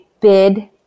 bid